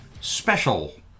special